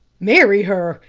marry her,